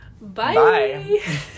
Bye